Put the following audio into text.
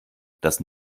dass